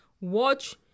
watch